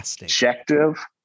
objective